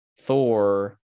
Thor